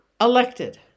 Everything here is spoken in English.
elected